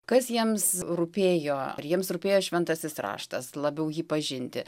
kas jiems rūpėjo ar jiems rūpėjo šventasis raštas labiau jį pažinti